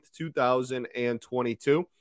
2022